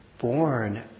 born